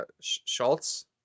Schultz